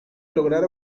lograr